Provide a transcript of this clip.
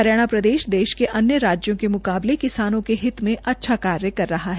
हरियाणा प्रदेश देश के अन्य राज्यों के म्रकाबले किसानों के हितों में अच्छा कार्य कर रहा है